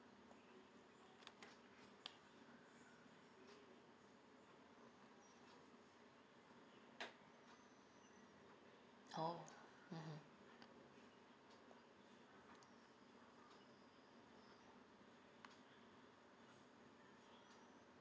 oh mmhmm